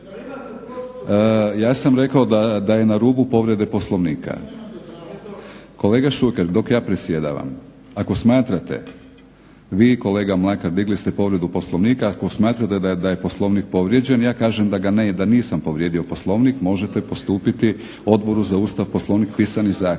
ja sam rekao da je na rubu povrede Poslovnika. Kolega Šuker, dok ja predsjedavam ako smatrate vi i kolega Mlakar digli ste povredu Poslovnika, ako smatrate da je Poslovnik povrijeđen ja kažem da nisam povrijedio Poslovnik. Možete postupiti Odboru za Ustav, Poslovnik pisani zahtjev.